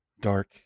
dark